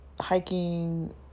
hiking